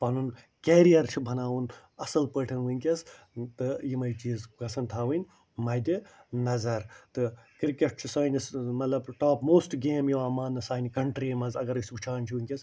پنُن کیرِیر چھُ بناوُن اصٕل پٲٹھۍ وُنٛکیٚس تہٕ یِمَے چیٖز گَژھَن تھاوٕنۍ مَدِ نظر تہٕ کِرکٹ چھُ سٲنِس مطلب ٹاپ موسٹہٕ گیم یِوان ماننہٕ سانہِ کنٛٹری منٛز اگر أسۍ وُچھان چھِ وُنٛکیٚس